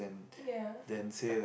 yeah